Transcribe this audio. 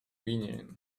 whinnying